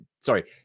sorry